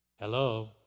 hello